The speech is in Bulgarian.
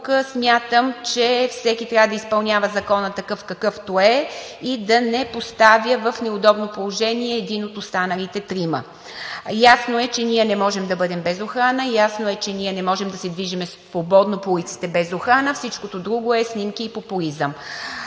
друг, смятам, че всеки трябва да изпълнява закона такъв, какъвто е и да не поставя в неудобно положение един от останалите трима. Ясно е, че ние не можем да бъдем без охрана, ясно е, че ние не можем да се движим свободно по улиците без охрана, всичкото друго е снимки и популизъм.